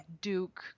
duke